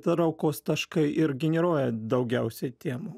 traukos taškai ir generuoja daugiausiai temų